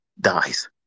dies